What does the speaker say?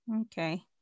okay